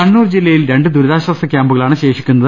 കണ്ണൂർ ജില്ലയിൽ രണ്ട് ദുരിതാശ്വാസ ക്യാമ്പുകളാണ് ശേഷിക്കുന്നത്